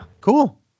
Cool